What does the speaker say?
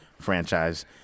franchise